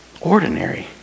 ordinary